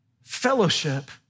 fellowship